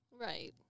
Right